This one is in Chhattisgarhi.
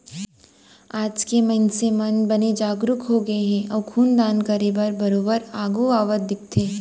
आज के मनसे मन बने जागरूक होगे हे अउ खून दान करे बर बरोबर आघू आवत दिखथे